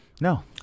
No